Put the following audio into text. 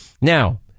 Now